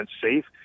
safe